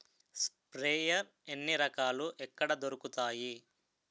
Sprayer ఎన్ని రకాలు? ఎక్కడ దొరుకుతాయి?